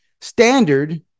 standard